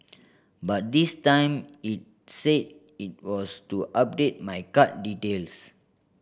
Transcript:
but this time it said it was to update my card details